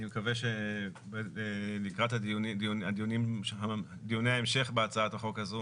אני מקווה שלקראת דיוני ההמשך בהצעת החוק הזאת